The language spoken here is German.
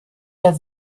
der